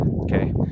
okay